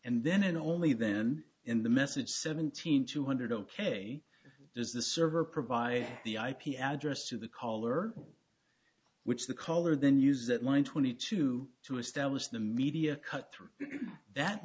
and then and only then in the message seventeen two hundred ok does the server provide the ip address to the caller which the caller then use that line twenty two to establish the media cut through that